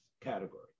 category